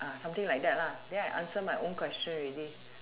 uh something like that lah then I answer my own question ready